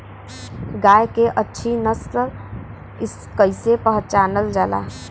गाय के अच्छी नस्ल कइसे पहचानल जाला?